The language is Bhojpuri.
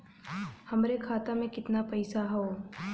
हमरे खाता में कितना पईसा हौ?